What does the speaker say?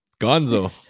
Gonzo